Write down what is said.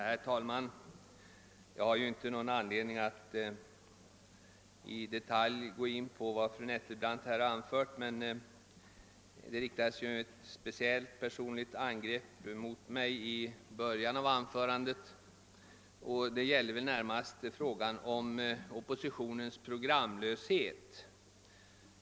Herr talman! Jag har ingen anledning att i detalj gå in på vad fru Nettelbrandt här anfört, men hon riktade i början av sitt anförande ett angrepp mot mig — det gällde närmast frågan om oppositionens programlöshet — och det vill jag säga något om.